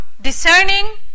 discerning